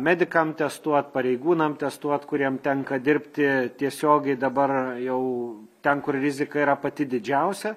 medikam testuot pareigūnam testuot kuriem tenka dirbti tiesiogiai dabar jau ten kur rizika yra pati didžiausia